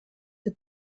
für